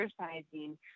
exercising